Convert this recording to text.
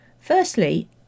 Firstly